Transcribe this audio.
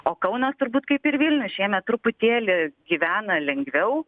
o kaunas turbūt kaip ir vilnius šiemet truputėlį gyvena lengviau